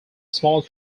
small